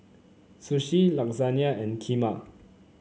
Sushi Lasagna and Kheema